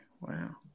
Wow